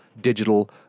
digital